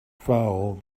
foul